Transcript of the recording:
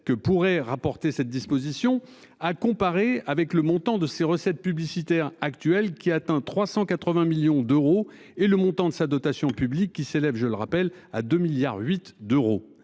que pourraient rapporter cette disposition à comparer avec le montant de ses recettes publicitaires actuel qui atteint 380 millions d'euros et le montant de sa dotation publique qui s'élève, je le rappelle, à 2 milliards 8 d'euros.